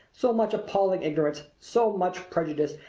so much appalling ignorance, so much prejudice,